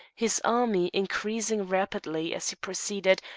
his army increasing rapidly as he proceeded,